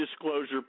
disclosure